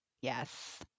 yes